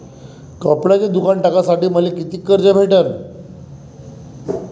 कपड्याचं दुकान टाकासाठी मले कितीक कर्ज भेटन?